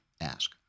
ask